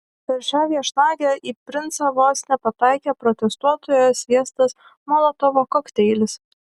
per šią viešnagę į princą vos nepataikė protestuotojo sviestas molotovo kokteilis